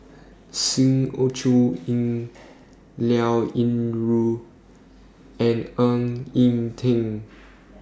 Sng Choon Yee Liao Yingru and Ng Eng Teng